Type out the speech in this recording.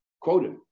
quoted